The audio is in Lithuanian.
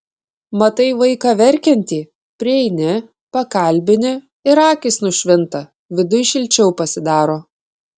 matai vaiką verkiantį prieini pakalbini ir akys nušvinta viduj šilčiau pasidaro